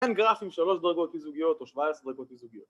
‫אין גרפים שלוש דרגות איזוגיות ‫או שבע עשרה דרגות איזוגיות.